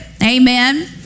Amen